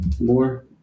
More